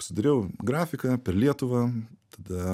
pasidariau grafiką per lietuvą tada